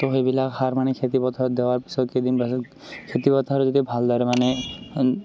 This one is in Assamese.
তো সেইবিলাক সাৰ মানে খেতিপথাৰত দিয়াৰ পিছত কেইদিন পাছত খেতিপথাৰ যদি ভালদৰে মানে